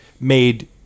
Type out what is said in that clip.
made